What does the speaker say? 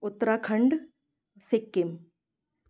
Uttarakhand Sikkim